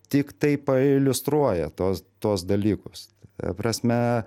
tiktai pailiustruoja tuos tuos dalykus ta prasme